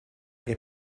che